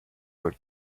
were